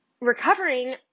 recovering